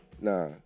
Nah